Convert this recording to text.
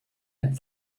and